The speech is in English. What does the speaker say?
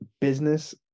business